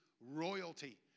royalty